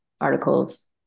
articles